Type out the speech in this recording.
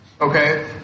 Okay